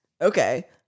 Okay